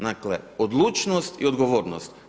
Dakle odlučnost i odgovornost.